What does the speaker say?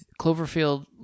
Cloverfield